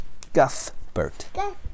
Guthbert